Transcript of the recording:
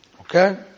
Okay